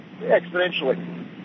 exponentially